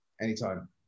anytime